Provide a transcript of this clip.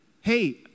hey